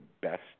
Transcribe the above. best